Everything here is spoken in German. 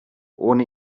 ohne